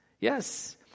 Yes